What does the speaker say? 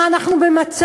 מה, אנחנו במצור?